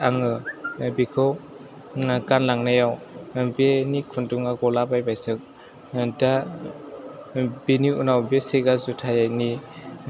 आङो बेखौ ओह गानलांनायाव ओह बेनि खुन्दुंआ गला बायबायसो ओह दा बेनि उनाव बे सेगा जुथायानि